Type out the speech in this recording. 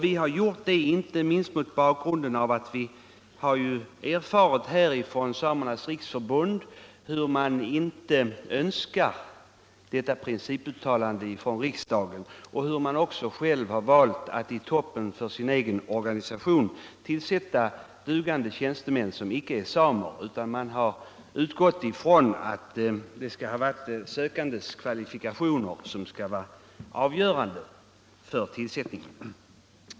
Vi har avstått från detta inte minst mot bakgrunden av att vi har erfarit från Svenska samernas riksförbund att man där inte önskar ett sådant principuttalande från riksdagen och att man också själv valt att i toppen av sin organisation tillsätta dugande tjänstemän, som icke är samer. Man har utgått från att det är vederbörandes kvalifikationer som skall vara avgörande för tillsättningen.